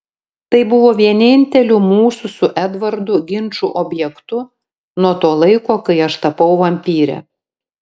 tai buvo vieninteliu mūsų su edvardu ginčų objektu nuo to laiko kai aš tapau vampyre